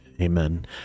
Amen